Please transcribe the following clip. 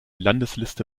landesliste